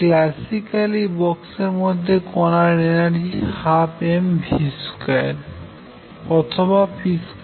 classically box এর মধ্যে কনার এনার্জি হল 12mv2 অথবা p22m